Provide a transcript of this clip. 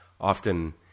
often